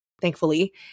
thankfully